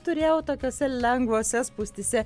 turėjau tokiose lengvose spūstyse